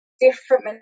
different